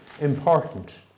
important